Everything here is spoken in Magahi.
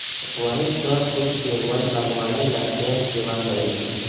वही स्खुद के वन बागवानी ला स्वयंसेवा कई लय